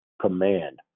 command